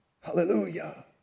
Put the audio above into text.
Hallelujah